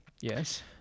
Yes